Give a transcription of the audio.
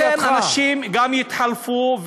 לכן אנשים גם יתחלפו,